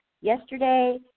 yesterday